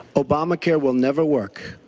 obamacare will never work.